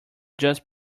just